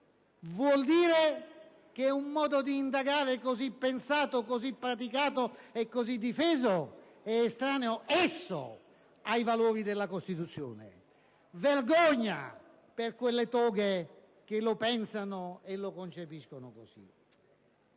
vuol dire che un modo di indagare così pensato, praticato e difeso è estraneo, esso, ai valori della Costituzione. Vergogna per quelle toghe che lo pensano e lo concepiscono così!